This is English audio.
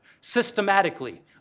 Systematically